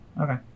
Okay